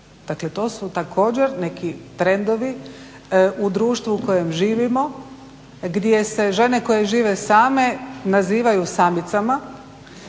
Dakle, to su također neki trendovi u društvu u kojem živimo gdje se žene koje žive same nazivaju samicama